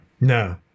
No